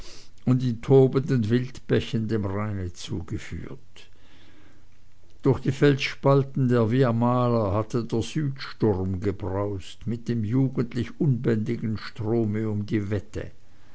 und in tobenden wildbächen dem rheine zugeführt durch die felsspalten der via mala hatte der südsturm gebraust mit dem jugendlich unbändigen strome um die wette